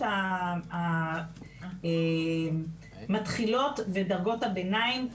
בדרגות המתחילות ודרגות הביניים,